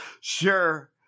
sure